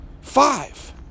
Five